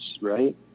right